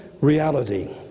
reality